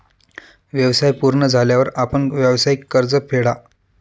व्यवसाय पूर्ण झाल्यावर आपण व्यावसायिक कर्ज फेडा